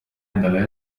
endale